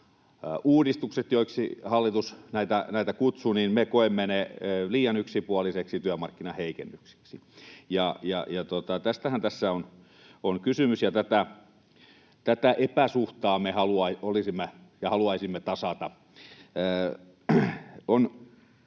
työmarkkinauudistukset, joiksi hallitus näitä kutsuu, koetaan liian yksipuolisiksi työmarkkinaheikennyksiksi. Tästähän tässä on kysymys, ja tätä epäsuhtaa me haluaisimme tasata. On